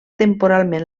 temporalment